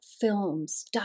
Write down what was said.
films